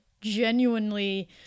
genuinely